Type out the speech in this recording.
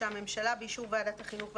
שהממשלה באישור ועדת החינוך,